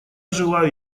желаю